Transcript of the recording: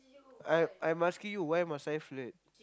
I'm I'm asking you why must I flirt